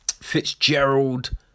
Fitzgerald